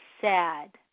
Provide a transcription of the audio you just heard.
sad